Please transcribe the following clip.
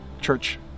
church